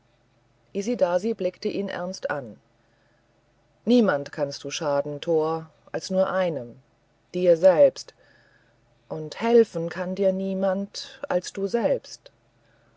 isidasi blickte ihn ernst an niemand kannst du schaden tor als einem nur dir selber und helfen kann dir niemand als du selbst